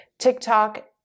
TikTok